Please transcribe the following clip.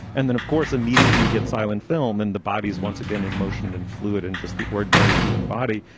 and then, of course, immediately you get silent film and the body is once again in motion and fluid and just the ordinary human body.